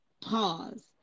pause